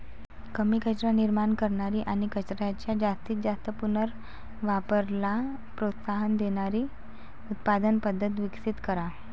कमी कचरा निर्माण करणारी आणि कचऱ्याच्या जास्तीत जास्त पुनर्वापराला प्रोत्साहन देणारी उत्पादन पद्धत विकसित करा